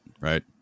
right